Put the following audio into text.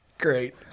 great